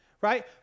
right